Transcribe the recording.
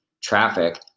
traffic